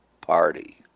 party